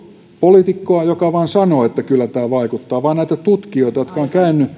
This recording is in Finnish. poliitikkoa joka vain sanoo että kyllä tämä vaikuttaa vai näitä tutkijoita jotka ovat käyneet